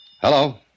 Hello